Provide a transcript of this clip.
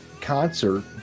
concert